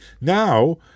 Now